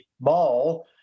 ball